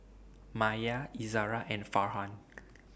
Maya Izzara and Farhan